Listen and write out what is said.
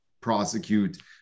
prosecute